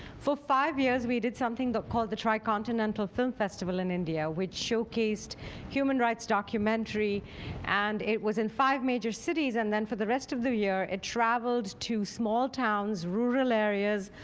for five years, we did something but called the tri-continental film festival in india, which showcased human rights documentary and it was in five major cities, and then for the rest of the year it traveled to small towns, rural areas,